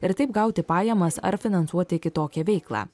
ir taip gauti pajamas ar finansuoti kitokią veiklą